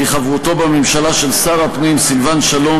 כי חברותו בממשלה של שר הפנים סילבן שלום